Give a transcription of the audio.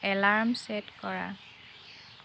alarm set কৰা